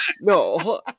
No